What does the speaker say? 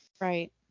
Right